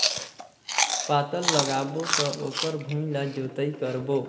पातल लगाबो त ओकर भुईं ला जोतई करबो?